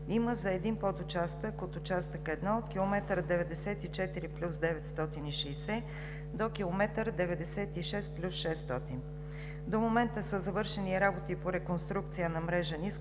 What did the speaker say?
има за един подучастък от участък 1 км 94+960 до км 96+600. До момента са завършени работи по: реконструкция на мрежа ниско